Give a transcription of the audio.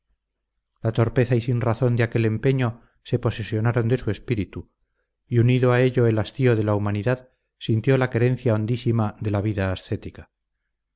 la torpeza y sinrazón de aquel empeño se posesionaron de su espíritu y unido a ello el hastío de la humanidad sintió la querencia hondísima de la vida